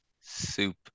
soup